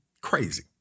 crazy